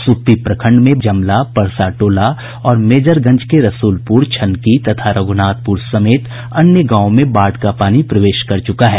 सुप्पी प्रखंड में बांध के अन्दर बसे जमला परसा टोला और मेजरगंज के रसूलपुर छनकी तथा रघुनाथपुर समेत अन्य गांवों में बाढ़ का पानी प्रवेश कर चुका है